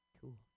Cool